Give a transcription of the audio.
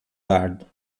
dardo